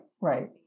right